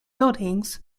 buildings